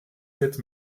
sept